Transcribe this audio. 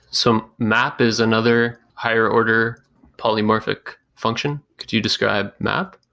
so map is another higher order polymorphic function. could you describe map?